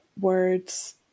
words